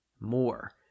more